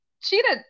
cheated